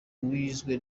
wizwe